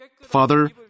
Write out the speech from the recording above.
Father